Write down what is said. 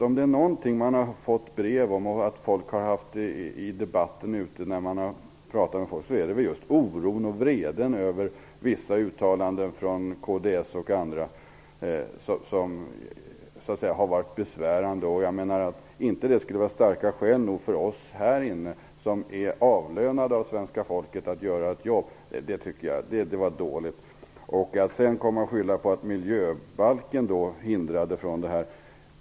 Om det är något folk har skrivit brev om och har debatterat, är det väl oron och vreden över vissa besvärande uttalanden från kds och andra. Skulle det inte vara starka skäl nog för oss här i riksdagen, avlönade av svenska folket, att göra vårt jobb? Det är ett dåligt argument. Sedan skyller man på att miljöbalken hindrade arbetet.